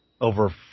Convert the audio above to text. over